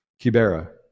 Kibera